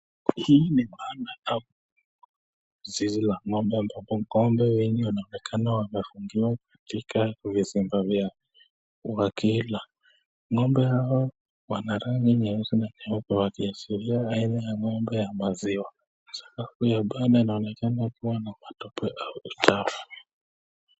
Hili ni mahali inakaa zizi la ng'ombe, ng'ombe wengi wanaonekana wamefungiwa katika vizimba vyao, wengine wanaonekna katika vizimba vyao wakila, ng'ombe hao wana rangi nyeusi na nyeupe wakiashilia aina ya ng'ombe ya maziwa ,huyo bwan anaonekana kuokota uchafu.